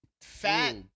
Fat